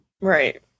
right